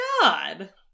god